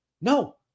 No